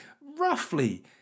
roughly